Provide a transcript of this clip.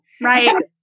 Right